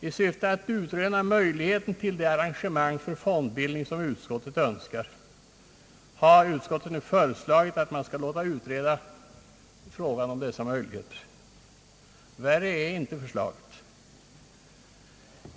I syfte att utröna möjligheten till det arrangemang för fondbildning som utskottsmajoriteten önskar har vi föreslagit att man skall låta utreda saken. Värre än så är det inte.